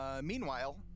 meanwhile